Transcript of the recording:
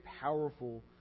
powerful